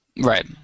Right